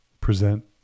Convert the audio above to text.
present